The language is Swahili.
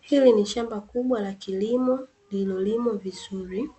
Hili ni shamba kubwa la kilimo lililolimwa vizuri.